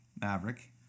maverick